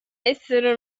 essere